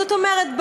זאת אומרת,